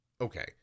okay